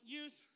Youth